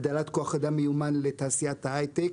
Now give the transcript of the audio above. הגדלת כוח אדם מיומן לתעשיית ההייטק.